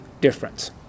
difference